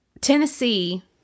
Tennessee